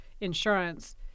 insurance